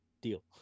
Deal